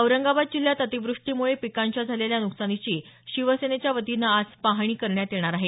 औरंगाबाद जिल्ह्यात अतिवृष्टीमुळे पिकांच्या झालेल्या नुकसानीची शिवसेनेच्या वतीनं आज पाहणी करण्यात येणार आहे